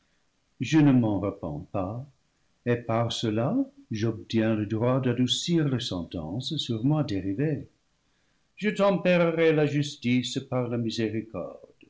je ne m'en repens pas et par cela j'obtiens le droit d'adoucir leur sentence sur moi dérivée je tempérerai la justice par la miséricorde